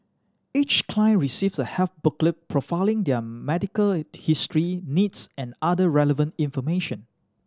each client receives a health booklet profiling their medical history needs and other relevant information